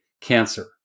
cancer